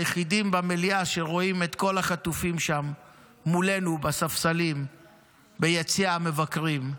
היחידים במליאה שרואים את כל החטופים שם מולנו בספסלים ביציע המבקרים.